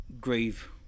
grieve